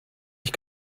ich